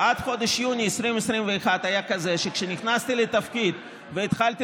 עד חודש יוני 2021 היה כזה שכשנכנסתי לתפקיד והתחלתי